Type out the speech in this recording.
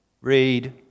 read